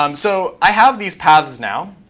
um so i have these paths now.